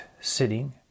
sitting